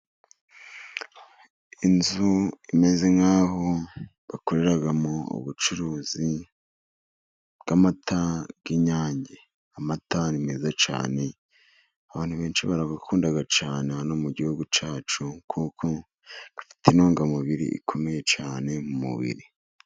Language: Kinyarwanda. Inzu imeze nk'aho bakoreramo ubucuruzi bw'amata, bw'inyange, amata ni meza cyane, abantu benshi barayakunda cyane hano mu gihugu cyacu, kuko afite intungamubiri ikomeye cyane mu mubiri.